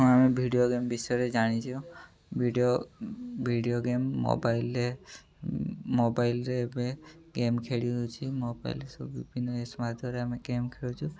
ହଁ ଆମେ video game ବିଷୟରେ ଜାଣିଛୁ ଭିଡ଼ିଓ ଭିଡ଼ିଓ ଗେମ୍ ମୋବାଇଲ୍ରେ ମୋବାଇଲ୍ରେ ଏବେ ଗେମ୍ ଖେଳି ହେଉଛି ମୋବାଇଲ୍ରେ ସବୁ ବିଭିନ୍ନ ଆପ୍ସ୍ ମାଧ୍ୟମରେ ଆମେ ଗେମ୍ ଖେଳୁଛୁ